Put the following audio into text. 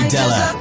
Della